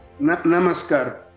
Namaskar